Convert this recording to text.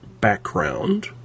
background